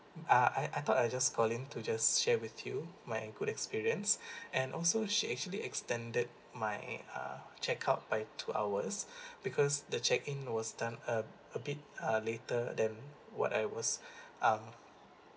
uh I I thought I just call in to just share with you my good experience and also she actually extended my uh check out by two hours because the check in was done uh a bit uh later than what I was um